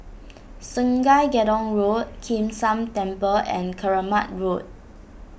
Sungei Gedong Road Kim San Temple and Keramat Road